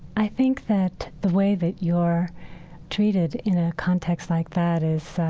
i think that the way that you're treated in a context like that is